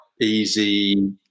easy